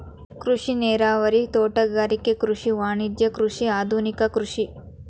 ಕೃಷಿ ನೇರಾವರಿ, ತೋಟಗಾರಿಕೆ ಕೃಷಿ, ವಾಣಿಜ್ಯ ಕೃಷಿ, ಆದುನಿಕ ಕೃಷಿ